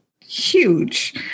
huge